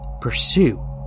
pursue